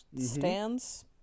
stands